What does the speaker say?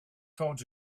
told